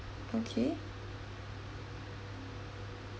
okay